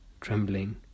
trembling